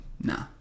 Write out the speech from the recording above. nah